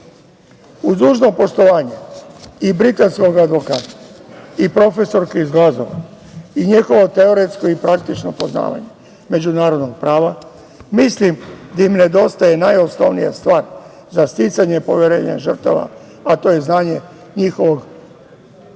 Uz dužno poštovanje i britanskog advokata i profesorke iz Glazgova i njihovo teoretsko i praktično poznavanje međunarodnog prava, mislim da im nedostaje najosnovnija stvar za sticanje poverenja žrtava a to je znanje njihovog maternjeg